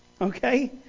Okay